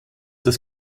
das